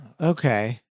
Okay